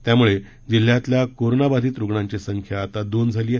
त्यामुळे जिल्ह्यातल्या कोरोना बाधित रुग्णांची संख्या आता दोन झाली आहे